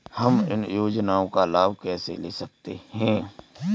हम इन योजनाओं का लाभ कैसे ले सकते हैं?